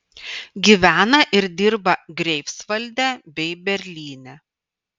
gyvena ir dirba greifsvalde bei berlyne